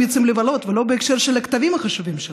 יוצאים לבלות ולא בהקשר של הכתבים החשובים שלו.